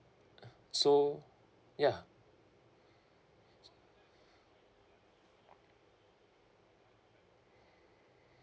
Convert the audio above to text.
so ya